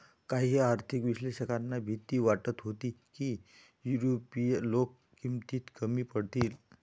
काही आर्थिक विश्लेषकांना भीती वाटत होती की युरोपीय लोक किमतीत कमी पडतील